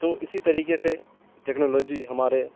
تو اسی طریقے سے ٹیکنالوجی ہمارے